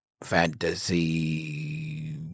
fantasy